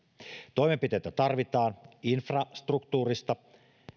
toimenpiteitä tarvitaan infrastruktuurissa